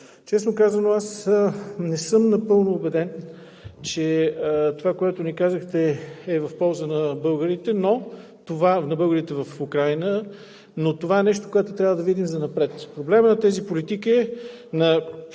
Често казано, аз не съм напълно убеден, че това, което ни казахте, е в полза на българите в Украйна, но това е нещо, което трябва да видим занапред. Проблемът на политиките с